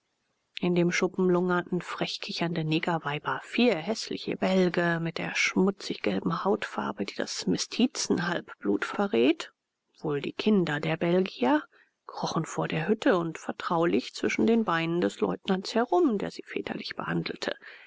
in dem schuppen lungerten frech kichernde negerweiber vier häßliche bälge mit der schmutzig gelben hautfarbe die das mestizenhalbblut verrät wohl die kinder der belgier krochen vor der hütte und vertraulich zwischen den beinen des leutnants herum der sie väterlich behandelte